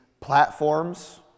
platforms